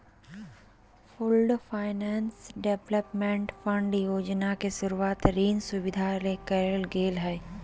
pooled finance development fund योजना के शुरूवात ऋण सुविधा ले करल गेलय हें